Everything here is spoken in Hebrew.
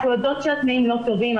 אנחנו יודעות שהתנאים לא טובים,